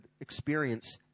experience